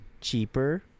cheaper